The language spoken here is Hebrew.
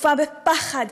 אפופה בפחד,